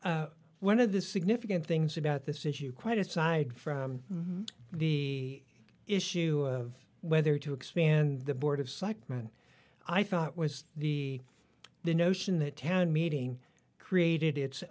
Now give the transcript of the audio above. and one of the significant things about this issue quite aside from the issue of whether to expand the board of selectmen i thought was the the notion that town meeting created its